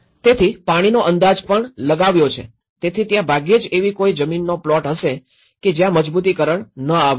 તેથી પાણીનો અંદાજ પણ લગાવ્યો છે તેથી ત્યાં ભાગ્યે જ એવી કોઈ જમીનનો પ્લોટ હશે કે જ્યાં મજબૂતીકરણ ન આવ્યું હોય